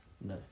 no